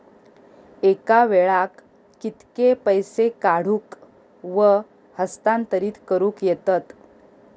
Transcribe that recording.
एका वेळाक कित्के पैसे काढूक व हस्तांतरित करूक येतत?